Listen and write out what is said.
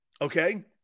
Okay